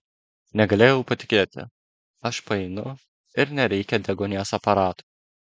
negalėjau patikėti aš paeinu ir nereikia deguonies aparato